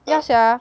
yeah sia